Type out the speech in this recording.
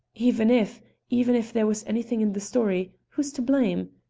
even if even if there was anything in the story, who's to blame?